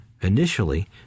initially